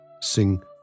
sing